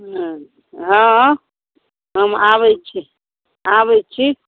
हाँ हम आबैत छी आबैत छी